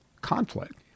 conflict